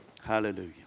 Hallelujah